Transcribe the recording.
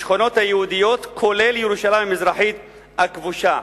בשכונות היהודיות, כולל ירושלים המזרחית הכבושה.